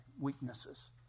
weaknesses